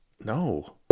No